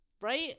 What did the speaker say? right